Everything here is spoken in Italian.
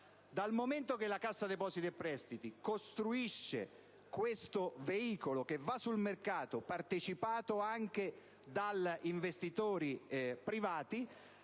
Dal momento che la Cassa depositi e prestiti costruisce questo veicolo che va sul mercato, partecipato anche da investitori privati,